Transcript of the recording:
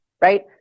right